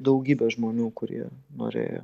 daugybė žmonių kurie norėjo